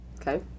Okay